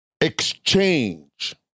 exchange